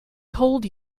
told